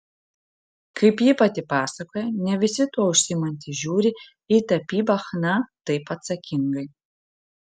kaip ji pati pasakoja ne visi tuo užsiimantys žiūri į tapybą chna taip atsakingai